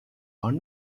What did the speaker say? are